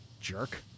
jerk